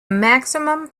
maximum